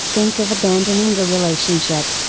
think of abandoning the relationship.